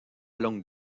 long